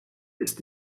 ist